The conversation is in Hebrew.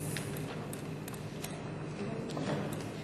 אני כאן.